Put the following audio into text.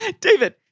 David